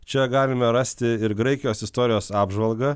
čia galime rasti ir graikijos istorijos apžvalgą